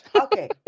Okay